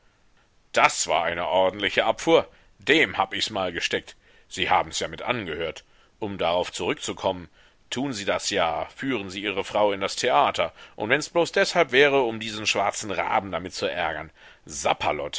das war eine ordentliche abfuhr dem hab ichs mal gesteckt sie habens ja mit angehört um darauf zurückzukommen tun sie das ja führen sie ihre frau in das theater und wenns bloß deshalb wäre um diesen schwarzen raben damit zu ärgern